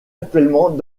actuellement